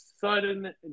Sudden